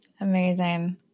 Amazing